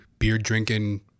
beer-drinking